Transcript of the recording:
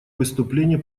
выступление